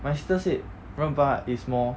my sister said 热巴 is more